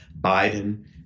Biden